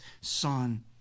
son